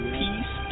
peace